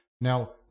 Now